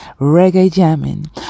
reggae-jamming